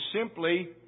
simply